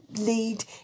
lead